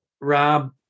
Rob